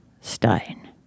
stein